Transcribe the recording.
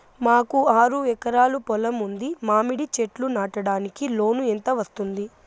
మాకు ఆరు ఎకరాలు పొలం ఉంది, మామిడి చెట్లు నాటడానికి లోను ఎంత వస్తుంది?